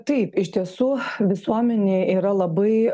taip iš tiesų visuomenėj yra labai